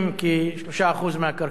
כי 3% מהקרקעות